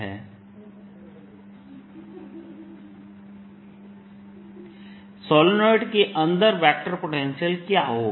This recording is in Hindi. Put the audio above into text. A2πsπR2BπR20nI sR AR20nI2s सोलेनाइड के अंदर वेक्टर पोटेंशियल क्या होगा